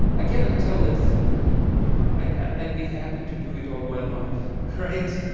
i cannot tell that i'd be happy to do it all my life, all right?